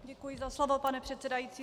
Děkuji za slovo, pane předsedající.